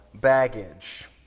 baggage